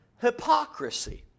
hypocrisy